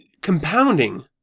compounding